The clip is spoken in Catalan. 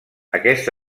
aquest